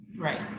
Right